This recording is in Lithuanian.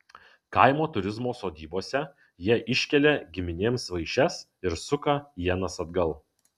kaimo turizmo sodybose jie iškelia giminėms vaišes ir suka ienas atgal